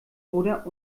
oder